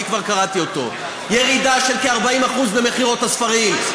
אני כבר קראתי אותו: ירידה של כ-40% במכירות הספרים.